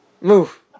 Move